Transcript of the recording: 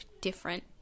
different